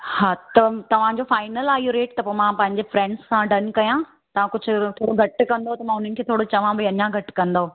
हा त तव्हांजो फाइनल आहे इहो रेट त पोइ मां पंहिंजे फ्रेंड्स खां डन कयां तव्हां कुझु ओरो थोरो घटि कंदव त मां उन्हनि खे थोरो चवां भई अञा घटि कंदव